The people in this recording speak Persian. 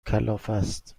کلافست